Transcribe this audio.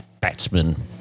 batsman